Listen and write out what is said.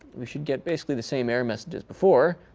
we should get basically the same error message as before.